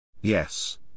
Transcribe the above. Yes